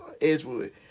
Edgewood